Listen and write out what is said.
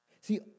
See